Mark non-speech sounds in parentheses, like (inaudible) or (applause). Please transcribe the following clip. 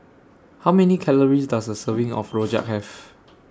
How Many Calories Does A Serving (noise) of Rojak Have